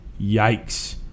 Yikes